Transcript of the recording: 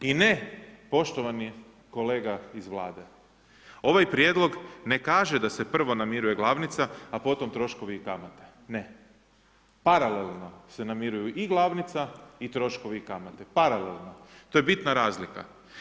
I ne poštovani kolega iz Vlade, ovaj prijedlog ne kaže da se prvo namiruje glavnica, a potom troškovi i kamate, ne, paralelno se namiruju i glavnica i troškovi i kamate, paralelno to je bitna razlika.